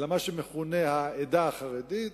אלא מה שמכונה העדה החרדית,